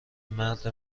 مرد